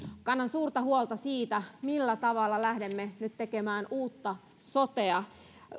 kannan suurta huolta siitä millä tavalla lähdemme nyt tekemään uutta sotea